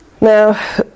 Now